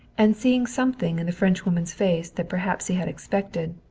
and seeing something in the frenchwoman's face that perhaps he had expected,